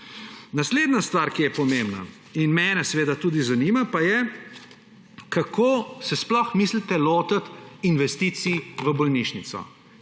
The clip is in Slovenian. Naslednja stvar, ki je pomembna in mene seveda tudi zanima, pa je – kako se sploh mislite lotiti investicij v bolnišnico,